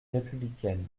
républicaine